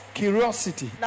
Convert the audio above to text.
curiosity